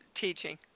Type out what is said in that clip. teaching